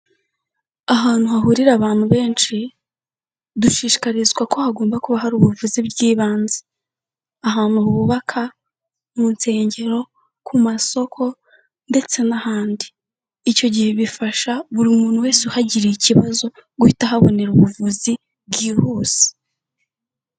Ahantu hahurira abantu benshi, dushishikarizwa ko hagomba kuba hari ubuvuzi bw'ibanze, ahantu bubaka, mu nsengero, ku masoko ndetse n'ahandi, icyo gihe bifasha buri muntu wese uhagiriye ikibazo guhita ahabonera ubuvuzi bwihuse.